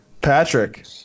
Patrick